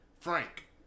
Frank